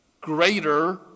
greater